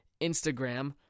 Instagram